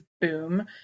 boom